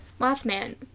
Mothman